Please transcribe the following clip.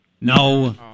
No